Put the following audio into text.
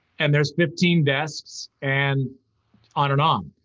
and there's fifteen desks, and on and on.